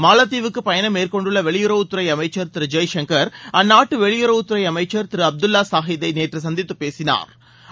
மாலத்தீவுக்கு பயணம் மேற்கொண்டுள்ள வெளியுறவுத்துறை அமைச்சா் திரு ஜெய்சங்கா் அந்நாட்டு வெளியுறவு அமைச்சா் திரு அப்துல்லா சாஹித் ஐ நேற்று சந்தித்து பேசினாா்